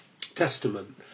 Testament